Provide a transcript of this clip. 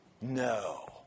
No